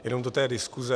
Jenom do té diskuze.